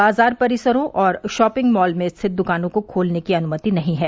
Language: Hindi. बाजार परिसरों और शॉपिंग मॉल में स्थित दुकानों को खोलने की अनुमति नहीं है